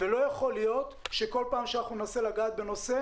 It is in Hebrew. לא יכול להיות שכל פעם שאנחנו ננסה לגעת בנושא